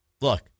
Look